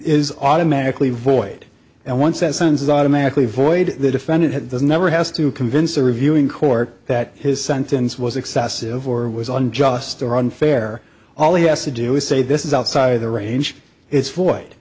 is automatically void and once that sends is automatically void the defendant had never has to convince a reviewing court that his sentence was excessive or was unjust or unfair all he has to do is say this is outside of the range i